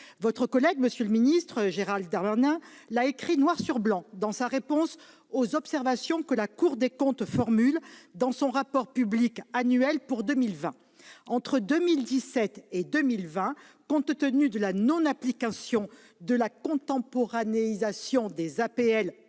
votre collègue Gérald Darmanin l'a écrit noir sur blanc dans sa réponse aux observations que la Cour des comptes formule dans son rapport public annuel pour 2020. Entre 2017 et 2020, compte tenu de la non-application de la contemporanéisation des APL pour le